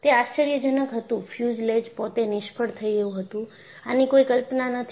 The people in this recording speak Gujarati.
તે આશ્ચર્યજનક હતું ફ્યુઝલેજ પોતે નિષ્ફળ થયું હતું આની કોઈ કલ્પના નથી